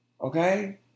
Okay